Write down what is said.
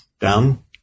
down